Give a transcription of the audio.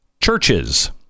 churches